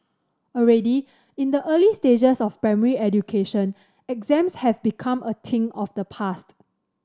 already in the early stages of primary education exams have become a thing of the past